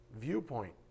viewpoint